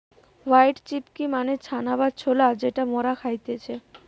white chickpea মানে চানা বা ছোলা যেটা মরা খাইতেছে